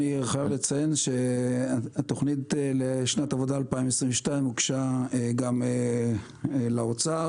אני חייב לציין שהתוכנית לשנת עבודה 2022 הוגשה גם לאוצר,